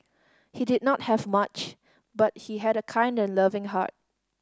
he did not have much but he had a kind and loving heart